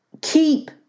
keep